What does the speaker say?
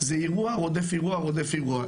זה אירוע רודף אירוע רודף אירוע,